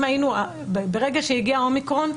ברגע שהגיע האומיקרון,